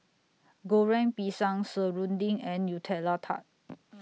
Goreng Pisang Serunding and Nutella Tart